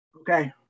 Okay